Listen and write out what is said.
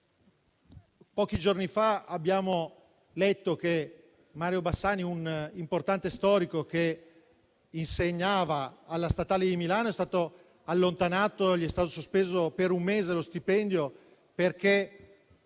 Pochi giorni fa abbiamo letto che Mario Bassani, un importante storico che insegnava alla Statale di Milano, è stato allontanato e che gli è stato sospeso per un mese lo stipendio perché